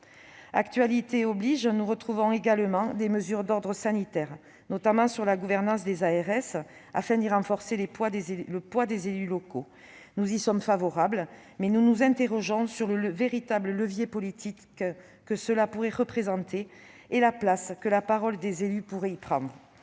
Actualité oblige, nous retrouvons également des mesures d'ordre sanitaire, notamment sur la gouvernance des ARS afin d'y renforcer le poids des élus locaux. Nous y sommes favorables, mais nous nous interrogeons sur le véritable levier politique que cette mesure pourrait représenter et la place que la parole des élus pourrait y prendre.